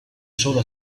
solo